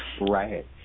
Right